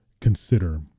consider